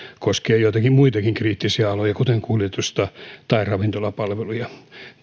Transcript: koskien joitakin muitakin kriittisiä aloja kuten kuljetusta tai ravintolapalveluja